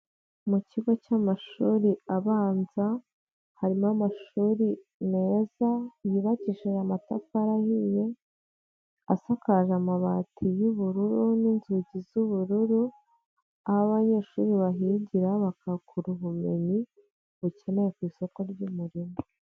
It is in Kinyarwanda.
Mu kigo cy'amashuri abanza harimo amashuri meza yubakishije amatafari ahiye, asakaje amabati y'ubururu n'inzugi z'ubururu aho abanyeshuri bahigira bakahakura ubumenyi bukenewe ku isoko ry'umurimo.